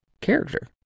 character